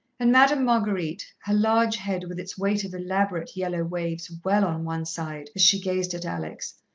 and madame marguerite, her large head with its weight of elaborate yellow waves well on one side as she gazed at alex,